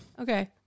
Okay